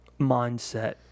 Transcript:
mindset